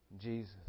Jesus